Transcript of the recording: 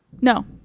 No